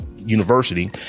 University